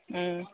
ꯎꯝ